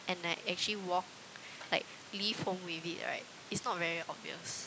and I actually walk like leave home with it right it's not very obvious